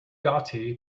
gotti